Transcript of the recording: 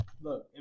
Look